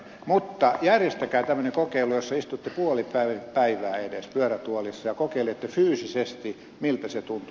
mutta järjestäkää tämmöinen kokeilu jossa istutte edes puoli päivää pyörätuolissa ja kokeilette fyysisesti miltä se tuntuu